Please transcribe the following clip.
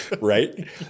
Right